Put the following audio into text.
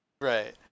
Right